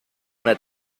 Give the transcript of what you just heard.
una